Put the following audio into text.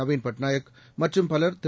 நவீன் பட்நாயக் மற்றும் பலர் திரு